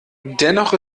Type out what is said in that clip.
dennoch